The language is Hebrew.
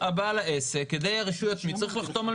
כמובן